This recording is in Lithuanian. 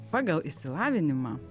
pagal išsilavinimą